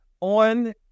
on